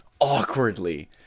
awkwardly